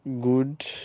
good